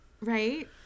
Right